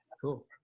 Cool